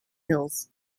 hills